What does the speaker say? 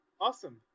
Awesome